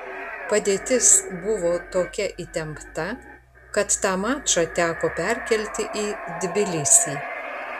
padėtis buvo tokia įtempta kad tą mačą teko perkelti į tbilisį